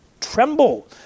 tremble